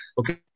okay